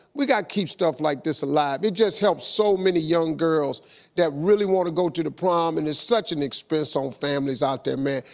we gotta keep stuff like this alive. it just helps so many young girls that really wanna go to the prom and it's such an expense on families out there, man.